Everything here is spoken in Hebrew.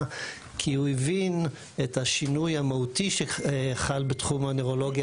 כי הוא הבין את השינוי המהותי שחל בתחום הנוירולוגיה.